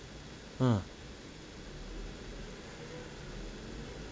ah